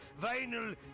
vinyl